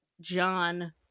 John